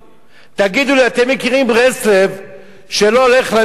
תגידו לי, אתם מכירים ברסלב שלא הולך למקווה?